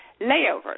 layovers